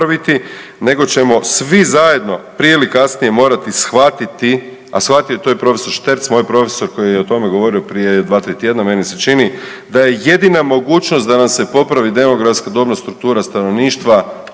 nego ćemo svi zajedno prije ili kasnije morati shvatiti, a shvatio je to i profesor Šterc moj profesor koji je o tome govorio prije 2-3 tjedna meni se čini, da je jedina mogućnost da nam se popravi demografska dobna struktura stanovništva